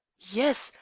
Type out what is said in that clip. yes,